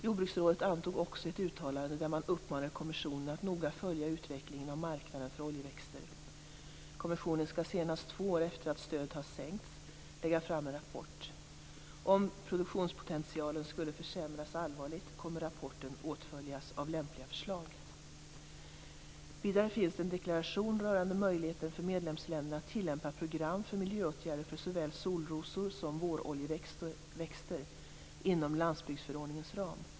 Jordbruksrådet antog också ett uttalande där man uppmanade kommissionen att noga följa utvecklingen av marknaden för oljeväxter. Kommissionen skall senast två år efter att stödet har sänkts lägga fram en rapport. Om produktionspotentialen skulle försämras allvarligt kommer rapporten att åtföljas av lämpliga förslag. Vidare finns det en deklaration rörande möjligheten för medlemsländerna att tillämpa program för miljöåtgärder för såväl solrosor som våroljeväxter inom landsbygdsförordningens ram.